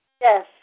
Yes